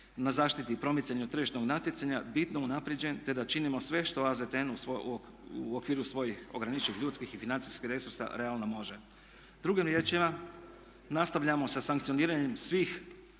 na zaštiti i promicanju tržišnog natjecanja bitno unaprjeđen te da činimo sve što AZTN u okviru svojih ograničenih ljudskih i financijskih resursa realno može. Drugim riječima, nastavljamo sa sankcioniranjem svih